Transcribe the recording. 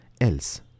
else